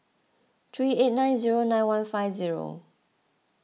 three eight nine zero nine one five zero